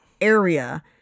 area